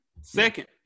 Second